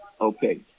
okay